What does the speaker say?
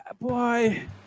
boy